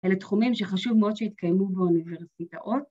אלה תחומים שחשוב מאוד שיתקיימו באוניברסיטאות.